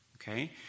Okay